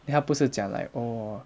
then 他不是讲 like oh